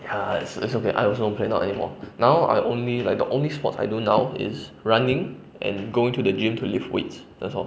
ya it's it's okay I also don't play not anymore now I only like the only sports I do now is running and going to the gym to lift weights that's all